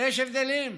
ויש הבדלים: